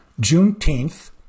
Juneteenth